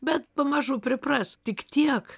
bet pamažu pripras tik tiek